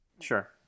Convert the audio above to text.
Sure